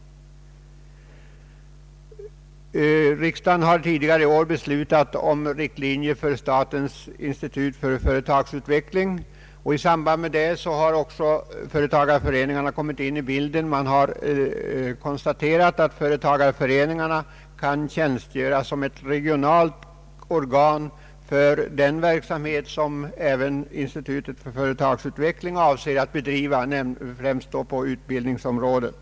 Riksdagen har förut i år beslutat om riktlinjer för statens institut för företagsutveckling, och i samband därmed har också företagareföreningarna kommit in i bilden. Det har konstaterats att företagareföreningarna kan tjänstgöra som regionala organ även för den verksamhet som institutet för företagsutveckling avser att bedriva, främst på utbildningsområdet.